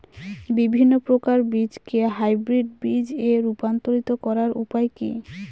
বিভিন্ন প্রকার বীজকে হাইব্রিড বীজ এ রূপান্তরিত করার উপায় কি?